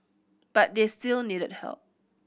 but they still needed help